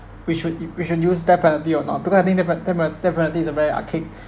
we should u we should use death penalty or not because I think death penalty death penalty death penalty is a very arcade